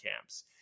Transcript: camps